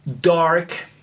dark